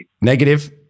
Negative